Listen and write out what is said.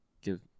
give